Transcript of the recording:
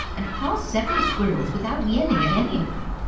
and passed several squirrels without yelling at any of them.